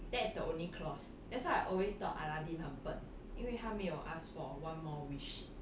that's the only clause that's why I always thought aladdin 很笨因为他没有 ask for one more wish